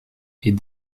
est